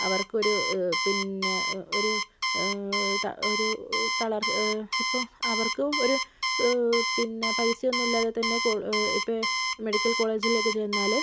അവർക്കൊരു പിന്നെ ഒരു തളർച്ച ഒരു തളർച്ച ഇപ്പം അവർക്ക് ഒരു പിന്നെ പൈസ ഒന്നും ഇല്ലാതെ തന്നെ ഇപ്പോൾ മെഡിക്കൽ കോളേജിലൊക്കെ ചെന്നാൽ